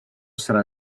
sarà